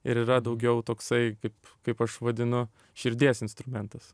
ir yra daugiau toksai kaip kaip aš vadinu širdies instrumentas